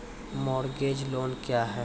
Mortgage loan क्या है?